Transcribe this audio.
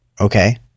Okay